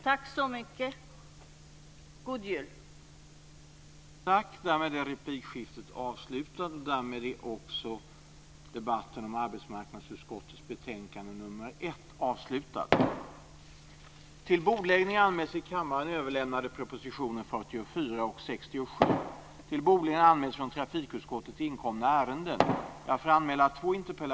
Tack så mycket, och god jul!